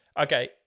Okay